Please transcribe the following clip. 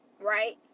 right